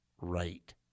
right